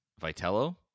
Vitello